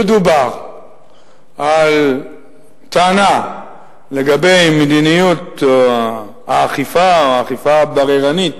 לו דובר על טענה לגבי מדיניות האכיפה או האכיפה הבררנית